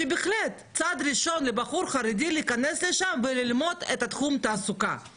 שבהחלט צעד ראשון לבחור חרדי להיכנס לשם וללמוד את תחום התעסוקה,